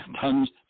tons